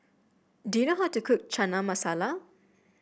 do you know how to cook Chana Masala